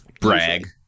Brag